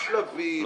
השלבים,